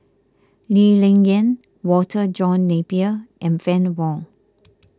Lee Ling Yen Walter John Napier and Fann Wong